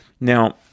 Now